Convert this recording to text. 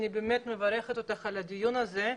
אני באמת מברכת אותך על הדיון הזה,